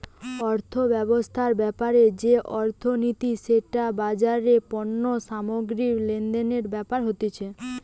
অর্থব্যবস্থা ব্যাপারে যে অর্থনীতি সেটা বাজারে পণ্য সামগ্রী লেনদেনের ব্যাপারে বলতিছে